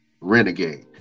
Renegade